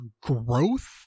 growth